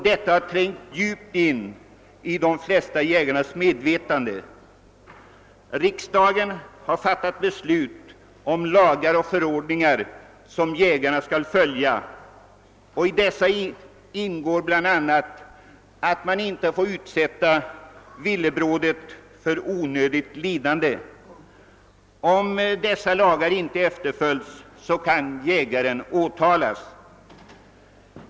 Detta har trängt djupt in i de flesta jägares medvetande. Riksdagen har som bekant också fattat beslut om lagar och förordningar som jägarna skall följa, och där ingår bl.a. att man inte får utsätta villebrådet för onödigt lidande. Om de lagarna inte efterföljes kan jägaren åtalas.